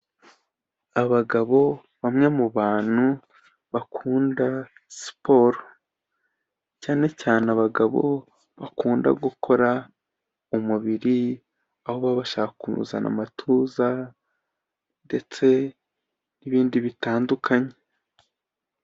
Abagabo bamwe mu bantu bakunda siporo, cyane cyane abagabo bakunda gukora umubiri aho baba bashaka kuzana amatuza ndetse n'ibindi bitandukanye.